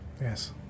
Yes